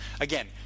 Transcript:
again